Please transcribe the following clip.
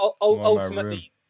Ultimately